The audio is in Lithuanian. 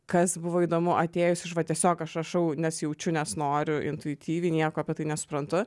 kas buvo įdomu atėjus iš va tiesiog aš rašau nes jaučiu nes noriu intuityviai nieko apie tai nesuprantu